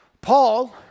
Paul